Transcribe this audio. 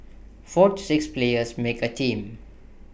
four to six players make A team